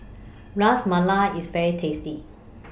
Ras Malai IS very tasty